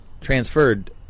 transferred